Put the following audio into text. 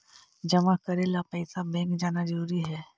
जमा करे ला पैसा बैंक जाना जरूरी है?